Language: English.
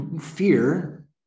fear